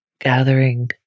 gathering